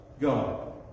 God